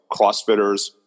CrossFitters